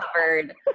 covered